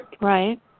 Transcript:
Right